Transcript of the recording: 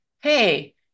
Hey